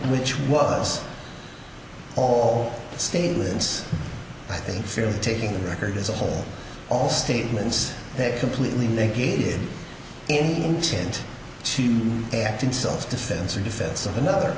which was all stated lives in fear of taking the record as a whole all statements that completely negated any intent to act in self defense or defense of another